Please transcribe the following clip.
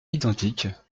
identiques